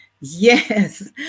yes